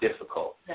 difficult